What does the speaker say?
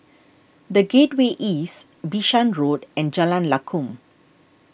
the Gateway East Bishan Road and Jalan Lakum